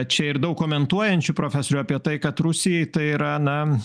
čia ir daug komentuojančių profesorių apie tai kad rusijai tai yra na